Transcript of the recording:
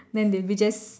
then they'll be just